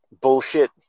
bullshit